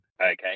Okay